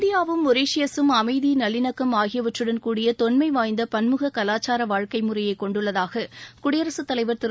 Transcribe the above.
இந்தியாவும் மொரியஷியஷும் அமதி நல்லிணக்கம் ஆகியவற்றுடன் கூடிய தொன்மை வாய்ந்த பன்முக கலாச்சார வாழ்க்கை முறையை கொண்டுள்ளதாக குடியரசுத்தலைவா் திரு